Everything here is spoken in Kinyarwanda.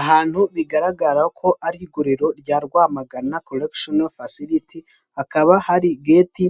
Ahantu bigaragara ko ari iguriro rya Rwamagana korekisheni fasiriti hakaba hari gate